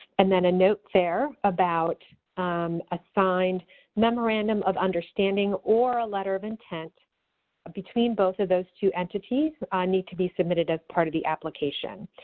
and then a note there about um a signed memorandum of understanding or a letter of intent between both of those two entities need to be submitted as part of the application.